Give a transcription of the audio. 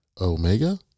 Omega